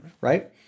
right